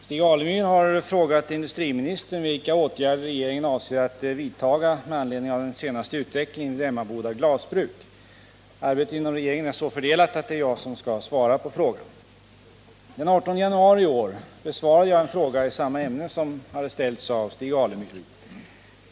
Herr talman! Stig Alemyr har frågat industriministern vilka åtgärder regeringen avser att vidta med anledning av den senaste utvecklingen vid Emmaboda glasverk. Arbetet inom regeringen är så fördelat att det är jag som skall svara på frågan. Den 18 januari i år besvarade jag en fråga i samma ämne som hade ställts av Stig Alemyr.